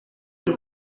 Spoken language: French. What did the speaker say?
tout